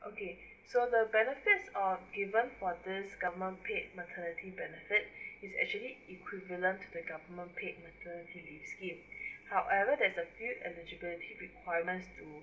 okay so the benefit on payment for this government paid maternity benefit is actually equivalent to the government paid maternity leave scheme however there is a few eligibility requirements to